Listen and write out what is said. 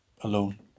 alone